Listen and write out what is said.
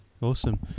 awesome